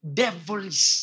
devil's